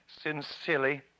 sincerely